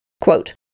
Quote